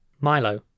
Milo